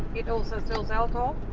it also sells alcohol.